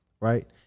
right